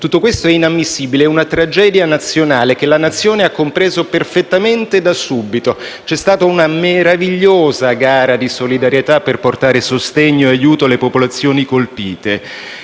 Tutto questo è inammissibile, è una tragedia nazionale, che la Nazione ha compreso perfettamente da subito. C'è stata una meravigliosa gara di solidarietà per portare sostegno e aiuto alle popolazioni colpite.